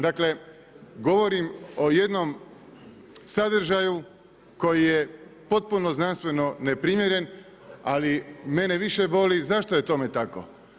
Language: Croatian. Dakle, govorim o jednom sadržaju koji je potpuno znanstveno neprimjeren, ali mene više boli zašto je tome tako.